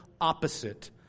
opposite